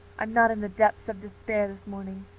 i'm not in the depths of despair this morning.